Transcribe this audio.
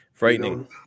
frightening